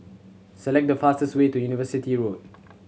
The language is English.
select the fastest way to University Road